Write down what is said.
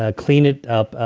ah clean it up,